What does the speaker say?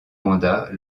mandat